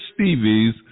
Stevies